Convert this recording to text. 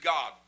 God